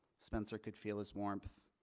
spencer could feel his warmth,